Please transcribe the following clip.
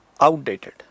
outdated